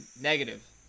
negative